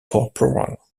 corporal